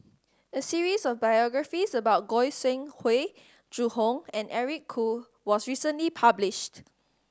a series of biographies about Goi Seng Hui Zhu Hong and Eric Khoo was recently published